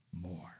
more